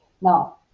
Now